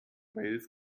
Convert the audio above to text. wales